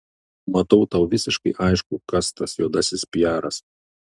matau tau visiškai aišku kas tas juodasis piaras